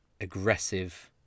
aggressive